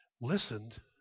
listened